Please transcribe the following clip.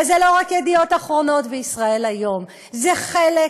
וזה לא רק "ידיעות אחרונות" ו"ישראל היום"; זה חלק